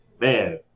man